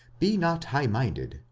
be not highminded,